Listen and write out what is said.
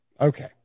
Okay